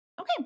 okay